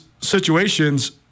situations